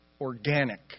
organic